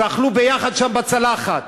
ואכלו ביחד שם מהצלחת.